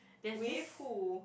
with who